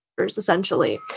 Essentially